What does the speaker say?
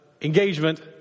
engagement